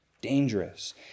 Dangerous